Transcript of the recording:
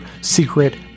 secret